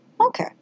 Okay